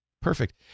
Perfect